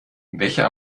welcher